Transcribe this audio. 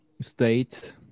state